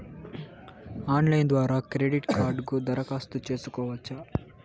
Online ద్వారా credit కార్డుకు దరఖాస్తు సేసుకోవచ్చా?